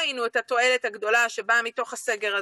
הפסקות החשמל בלילה לא קשורות למתקפת סייבר,